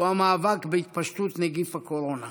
שהוא המאבק בהתפשטות נגיף קורונה,